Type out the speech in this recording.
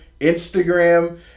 Instagram